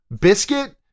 Biscuit